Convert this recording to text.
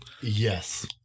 Yes